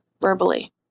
Verbally